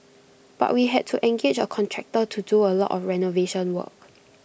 but we had to engage A contractor to do A lot of renovation work